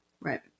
Right